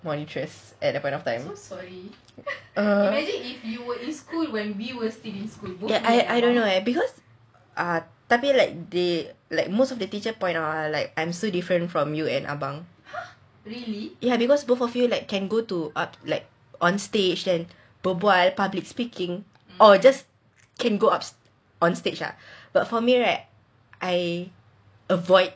monitress at that point of time err I don't know leh because ah tapi like they most of the teacher point out ah like I am so different from you and abang ya because both of you can go to like on stage and public speaking or can just go up on stage but for me right I avoid